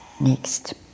Next